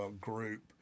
group